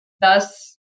Thus